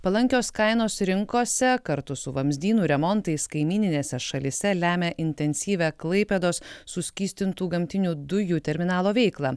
palankios kainos rinkose kartu su vamzdynų remontais kaimyninėse šalyse lemia intensyvią klaipėdos suskystintų gamtinių dujų terminalo veiklą